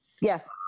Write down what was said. Yes